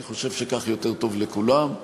אני חושב שכך יותר טוב לכולם.